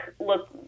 look